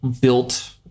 built